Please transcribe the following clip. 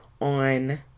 on